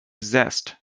zest